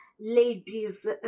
ladies